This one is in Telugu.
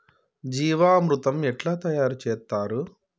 జీవామృతం ఎట్లా తయారు చేత్తరు?